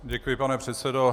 Děkuji, pane předsedo.